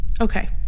Okay